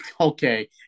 Okay